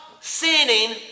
sinning